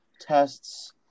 tests